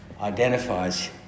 identifies